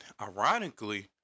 ironically